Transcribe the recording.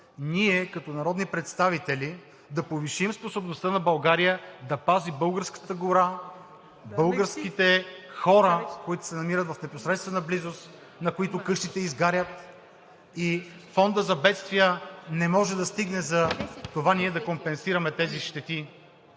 ние като народни представители да повишим способността на България да пази българската гора, българските хора, които се намират в непосредствена близост, на които къщите изгарят и Фондът за бедствия не може да стигне, за това ние да компенсираме тези щети.